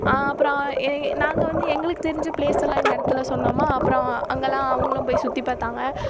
அப்புறம் எங் நாங்கள் வந்து எங்களுக்கு தெரிஞ்ச ப்ளேஸ் எல்லாம் இந்த இடத்துல சொன்னோமா அப்புறம் அங்கேலாம் அவங்களும் போய் சுற்றி பார்த்தாங்க